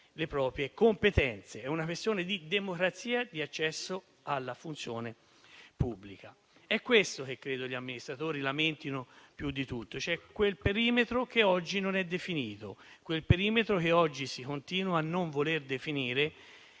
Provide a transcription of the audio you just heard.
le proprie competenze. È una questione di democrazia di accesso alla funzione pubblica. È questo che credo gli amministratori lamentino più di tutto, cioè quel perimetro che oggi non è definito, si continua a non voler definire